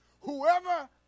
Whoever